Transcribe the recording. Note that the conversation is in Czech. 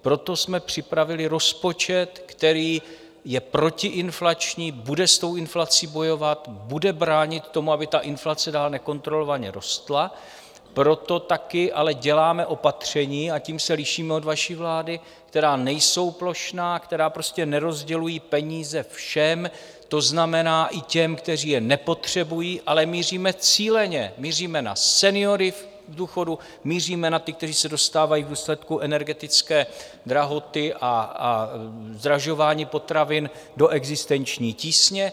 Proto jsme připravili rozpočet, který je protiinflační, bude s inflací bojovat, bude bránit tomu, aby inflace dál nekontrolovaně rostla, proto taky ale děláme opatření, a tím se lišíme od vaší vlády, která nejsou plošná, která nerozdělují peníze všem, to znamená i těm, kteří je nepotřebují, ale míříme cíleně, míříme na seniory v důchodu, míříme na ty, kteří se dostávají v důsledku energetické drahoty a zdražování potravin do existenční tísně.